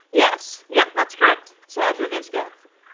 yes. yep, that's correct so how'd your events go?